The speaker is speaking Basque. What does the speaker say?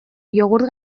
jogurt